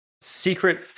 secret